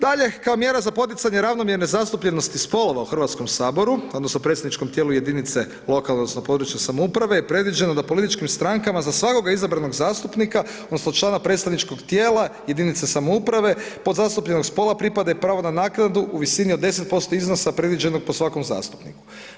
Dalje, kao mjera za poticanje ravnomjerne zastupljenosti spolova u Hrvatskom saboru odnosno predstavničkom tijelu jedinice lokalne odnosno područne samouprave, je predviđeno da političkim strankama za svakoga izabranog zastupnika odnosno člana predstavničkog tijela jedinica samouprave pod zastupljenog spola pripadaju prava na naknadu u visini od 10% iznosa predviđenog po svakom zastupniku.